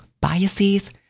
biases